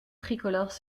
tricolores